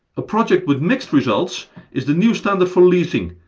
a project with mixed results is the new standard for leasing,